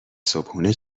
صبحونه